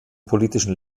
politischen